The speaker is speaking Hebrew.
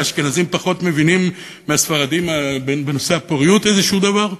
שהאשכנזים פחות מבינים מהספרדים בנושא הפוריות איזשהו דבר?